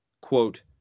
quote